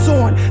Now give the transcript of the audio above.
on